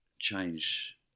change